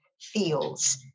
feels